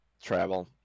travel